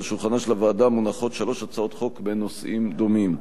על שולחנה של הוועדה מונחות שלוש הצעות חוק בנושאים דומים.